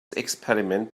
experiment